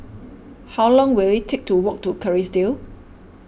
how long will it take to walk to Kerrisdale